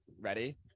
ready